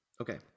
Okay